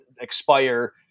expire